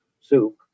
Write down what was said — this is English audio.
soup